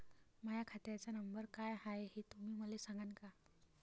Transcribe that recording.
माह्या खात्याचा नंबर काय हाय हे तुम्ही मले सागांन का?